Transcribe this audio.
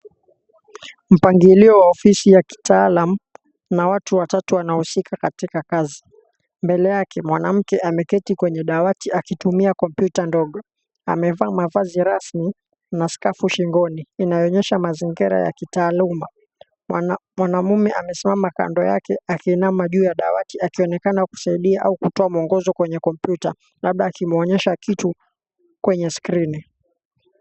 Mpangilio wa ofisi ya kitaalam na watu watatu wanaohusika katika kazi. Mbele yake mwanamke ameketi kwenye dawati akitumia computer ndogo. Amevaa mavazi rasmi na skafu shingoni inayoonyesha mazingira ya kitaaluma. Mwanaume amesimama kando yake akiinama juu ya dawati, akionekana kusaidia au kutoa mwongozo kwenye computer, labda akimwonyesha kitu kwenye screen .